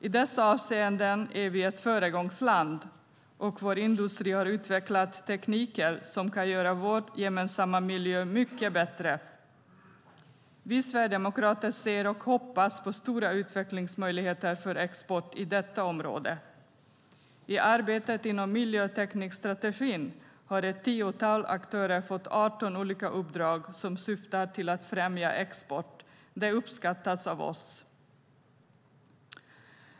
I dessa avseenden är vi ett föregångsland, och vår industri har utvecklat tekniker som kan göra vår gemensamma miljö mycket bättre. Vi sverigedemokrater ser och hoppas på stora utvecklingsmöjligheter för export på detta område. I arbetet inom miljöteknikstrategin har ett tiotal aktörer fått 18 olika uppdrag som syftar till att främja export. Det uppskattas av oss.